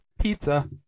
Pizza